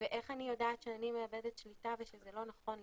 ואיך אני יודעת שאני מאבדת שליטה ושזה לא נכון לי.